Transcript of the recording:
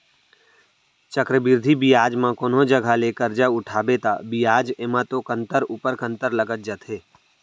चक्रबृद्धि बियाज म कोनो जघा ले करजा उठाबे ता बियाज एमा तो कंतर ऊपर कंतर लगत जाथे